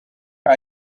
are